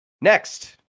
next